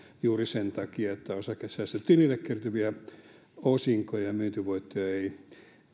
juuri sen takia että osakesäästötilille kertyviä osinkoja ja myyntivoittoja ei